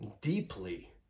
deeply